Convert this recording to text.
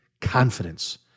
Confidence